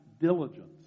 diligence